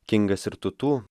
kingas ir tutu